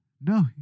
No